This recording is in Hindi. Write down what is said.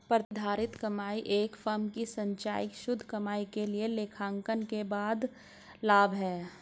प्रतिधारित कमाई एक फर्म की संचयी शुद्ध कमाई के लिए लेखांकन के बाद लाभ है